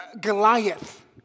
Goliath